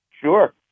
Sure